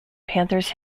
panthers